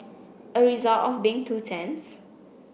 a result of being two tents